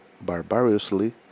barbarously